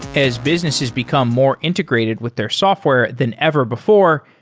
as businesses become more integrated with their software than ever before,